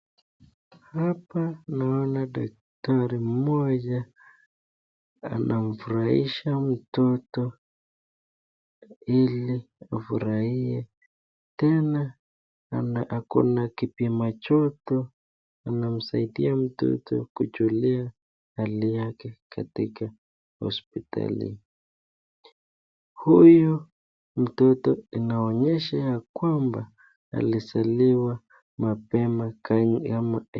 Hapa naona daktari mmoja anamfurahisha mtoto ili afurahie. Tena ako na kipima joto anamsaidia mtoto kujulia hali yake katika hosipitali. Huyu mtoto inaonyesha ya kwamba alizaliwa mapema kama